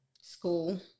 School